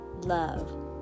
love